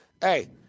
Hey